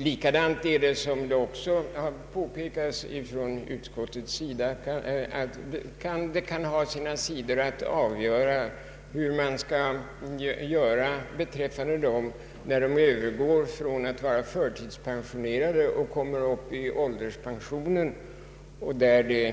Likaså kan det, som utskottet påpekar, ha sina sidor att avgöra hur man skall förfara när förtidspensionen övergår i ålderspension. Med stigande